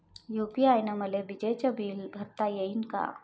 UPI न मले विजेचं बिल भरता यीन का?